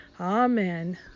amen